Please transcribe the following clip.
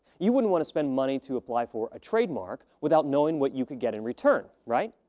you wouldn't want to spend money to apply for a trademark without knowing what you could get in return, right?